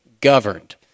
governed